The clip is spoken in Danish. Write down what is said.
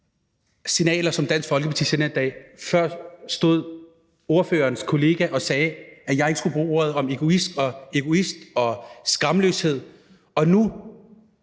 signaler, som Dansk Folkeparti sender i dag. Før stod ordførerens kollega og sagde, at jeg ikke skulle bruge ordet egoist og skamløshed, og nu